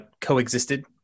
coexisted